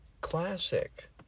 Classic